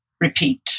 repeat